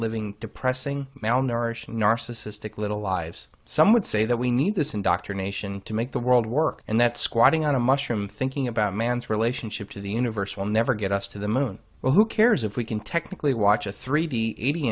living depressing malnourished and narcissistic little lives some would say that we need this indoctrination to make the world work and that squatting on a mushroom thinking about man's relationship to the universe will never get us to the moon well who cares if we can technically watch a three d eighty